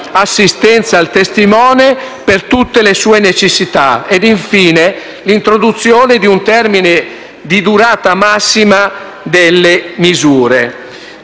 assistenza al testimone per tutte le sue necessità. Infine, è prevista l'introduzione di un termine di durata massima delle misure.